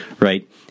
right